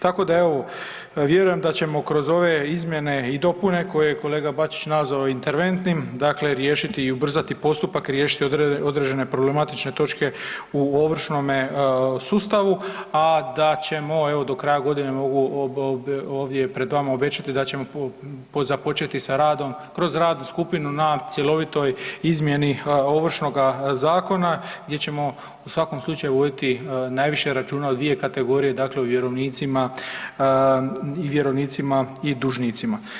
Tako da evo vjerujem da ćemo kroz ove izmjene i dopune koje je kolega Bačić nazvao interventnim dakle riješiti i ubrzati postupak, riješiti određene problematične točke u ovršnome sustavu, a da ćemo evo do kraja godine ovdje pred vama obećati da ćemo započeti sa radom kroz radnu skupinu na cjelovitoj izmjeni Ovršnoga zakona gdje ćemo u svakom slučaju voditi najviše računa o dvije kategorije, dakle o vjerovnicima i dužnicima.